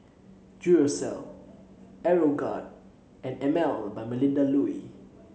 Duracell Aeroguard and Emel by Melinda Looi